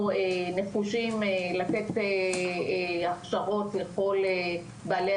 אנחנו נחושים לתת הכשרות לכל בעלי